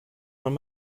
von